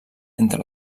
entre